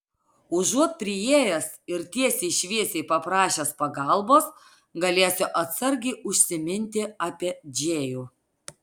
užuot priėjęs ir tiesiai šviesiai paprašęs pagalbos galėsiu atsargiai užsiminti apie džėjų